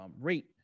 rate